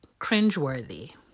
cringeworthy